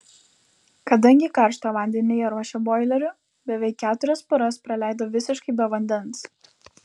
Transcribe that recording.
kadangi karštą vandenį jie ruošia boileriu beveik keturias paras praleido visiškai be vandens